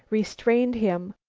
restrained him,